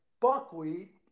Buckwheat